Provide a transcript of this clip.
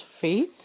Faith